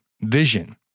Vision